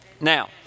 Now